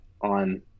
on